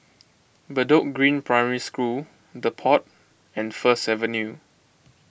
Bedok Green Primary School the Pod and First Avenue